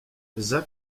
zach